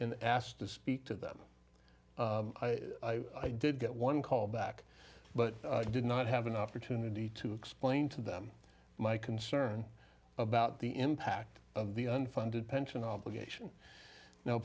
and asked to speak to them i did get one call back but i did not have an opportunity to explain to them my concern about the impact of the unfunded pension obligation now